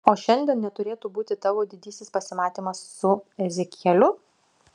o šiandien neturėtų būti tavo didysis pasimatymas su ezekieliu